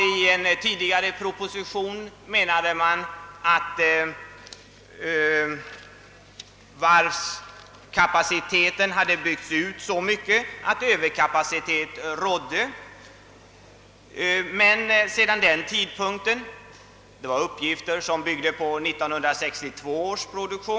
I en tidigare proposition framhölls att varvens kapacitet hade byggts ut så mycket att man hade överkapacitet. De uppgifterna byggde på 1962 års produktion.